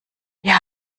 wir